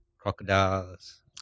crocodiles